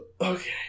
Okay